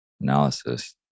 analysis